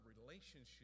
relationship